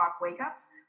wake-ups